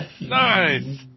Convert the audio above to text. Nice